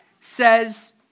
says